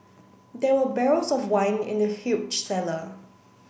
there were barrels of wine in the huge cellar